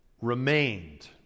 remained